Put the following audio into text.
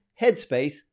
Headspace